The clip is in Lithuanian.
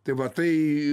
tai va tai